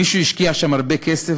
מישהו השקיע שם הרבה כסף,